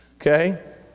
Okay